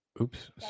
oops